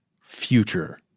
Future